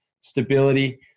stability